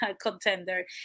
contender